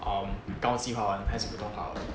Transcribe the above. um 高级华文还是普通华文